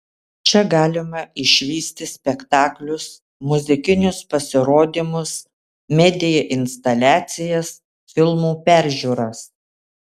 čia galima išvysti spektaklius muzikinius pasirodymus media instaliacijas filmų peržiūras